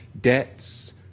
debts